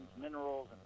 minerals